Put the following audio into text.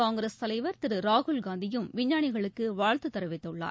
காங்கிரஸ் தலைவர் திரு ராகுல் காந்தியும் விஞ்ஞானிகளுக்கு வாழ்த்து தெரிவித்துள்ளார்